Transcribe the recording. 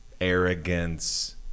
arrogance